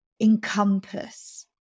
encompass